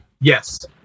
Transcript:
Yes